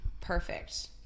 perfect